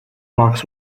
box